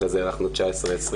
אחרי זה הארכנו 19'-20'.